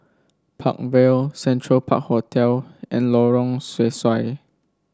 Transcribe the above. Park Vale Central Park Hotel and Lorong Sesuai